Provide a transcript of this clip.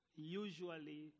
Usually